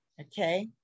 okay